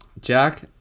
Jack